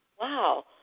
wow